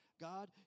God